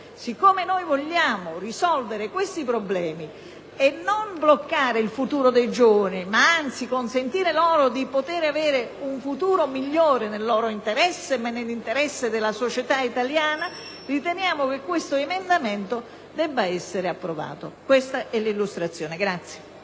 Siccome vogliamo risolvere questi problemi, non bloccare il futuro dei giovani ed anzi consentire loro di poter avere un futuro migliore nel loro interesse e nell'interesse della società italiana, riteniamo che questo emendamento debba essere approvato.